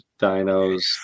Dinos